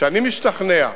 כשאני משתכנע,